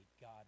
God